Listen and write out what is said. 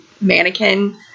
mannequin